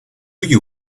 you